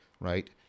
right